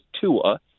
Tua